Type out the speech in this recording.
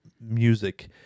music